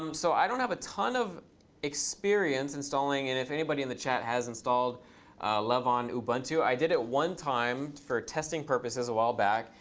um so i don't have a ton of experience installing it. and if anybody in the chat has installed love on ubuntu. i did it one time for testing purposes a while back.